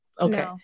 Okay